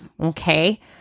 Okay